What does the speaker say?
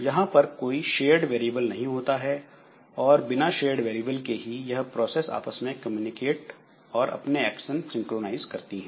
यहां पर कोई शेयर्ड वेरिएबल नहीं होता है और बिना शेयर्ड वेरिएबल के ही यह प्रोसेस आपस में कम्युनिकेट और अपने एक्शन सिंक्रोनाइज करती है